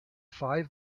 five